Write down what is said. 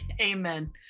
Amen